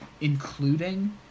including